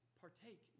partake